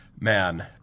man